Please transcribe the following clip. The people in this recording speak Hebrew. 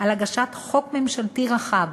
על הגשת חוק ממשלתי רחב